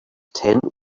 tent